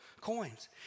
coins